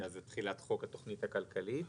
אז התחיל חוק התכנית הכלכלית,